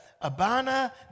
Abana